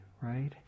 right